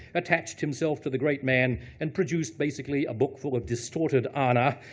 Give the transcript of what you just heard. attached himself to the great man and produced, basically, a book full of distorted honor,